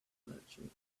merchant